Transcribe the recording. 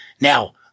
Now